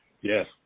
Yes